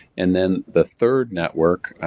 and then the third network,